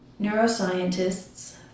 neuroscientists